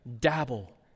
dabble